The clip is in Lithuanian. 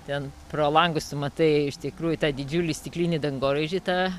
ten pro langus tu matai iš tikrųjų tą didžiulį stiklinį dangoraižį tą